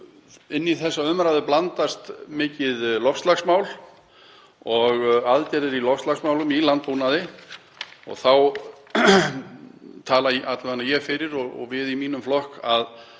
Inn í þessa umræðu blandast mikið loftslagsmál og aðgerðir í loftslagsmálum í landbúnaði. Þar tala ég fyrir því og við í mínum flokki að